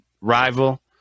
rival